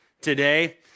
today